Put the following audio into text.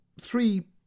three